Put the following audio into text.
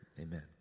amen